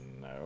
no